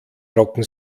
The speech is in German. trocken